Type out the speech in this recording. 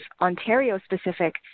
Ontario-specific